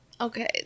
okay